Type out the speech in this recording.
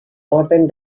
orden